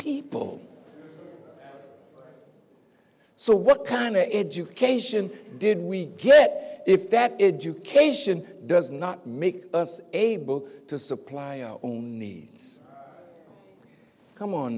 people so what kind of education did we get if that education does not make us able to supply our own needs come on